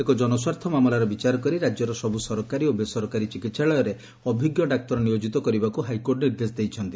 ଏକ ଜନସ୍ୱାର୍ଥ ମାମଲାର ବିଚାର କରି ରାଜ୍ୟର ସବୁ ସରକାରୀ ଓ ବେସରକାରୀ ଚିକିହାଳୟରେ ଅଭି ଡାକ୍ତର ନିୟୋଜିତ କରିବାକୁ ହାଇକୋର୍ଟ ନିର୍ଦ୍ଦେଶ ଦେଇଛନ୍ତି